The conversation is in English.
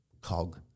cog